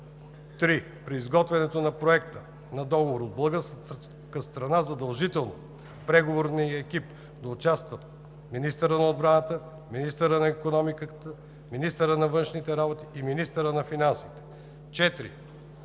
3. При изготвянето на проекта на договор от българска страна задължително в преговорния екип да участват министърът на отбраната, министърът на икономиката, министърът на външните работи и министърът на финансите. 4.